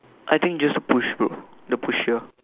I think just push group the pusher